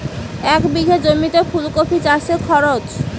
এক বিঘে জমিতে ফুলকপি চাষে খরচ?